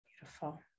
beautiful